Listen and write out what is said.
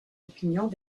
opinions